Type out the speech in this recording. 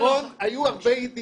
נכון, היו הרבה אי דיוקים,